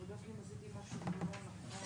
עכשיו אנחנו אומרים שהרבנות קובעת כמה חומרי גלם,